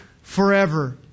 forever